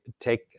take